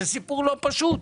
זה סיפור לא פשוט.